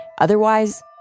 Otherwise